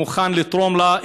מוכן לתרום לה.